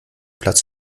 platz